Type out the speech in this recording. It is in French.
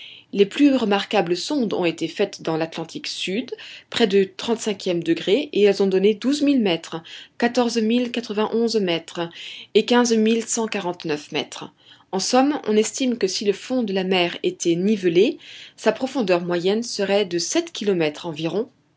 les plus remarquables sondes ont été faites dans l'atlantique sud près du trente-cinquième degré et elles ont donné douze mille mètres quatorze mille quatre vingt onze mètres et quinze mille cent quarante-neuf mètres en somme on estime que si le fond de la mer était nivelé sa profondeur moyenne serait de sept kilomètres environ